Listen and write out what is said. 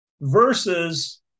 versus